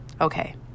Okay